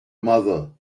mother